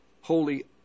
holy